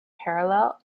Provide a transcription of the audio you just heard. parallel